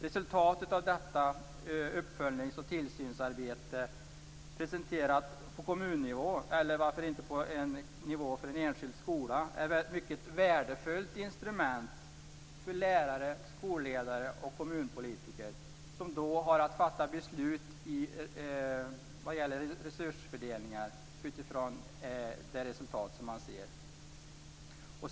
Resultatet av detta uppföljnings och tillsynsarbete presenterat på kommunnivå, eller varför inte på en enskild skola, är ett mycket värdefullt instrument för lärare, skolledare och kommunpolitiker, som då har att fatta beslut vad gäller resursfördelningen utifrån det resultat som man ser.